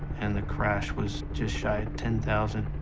and the crash was just shy of ten thousand.